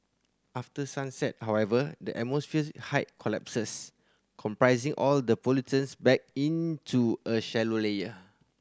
after sunset however the atmosphere height collapses compressing all the pollutants back into a shallow layer